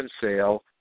sale